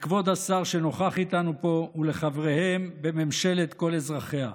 לכבוד השר שנוכח איתנו פה ולחבריהם בממשלת כל אזרחיה.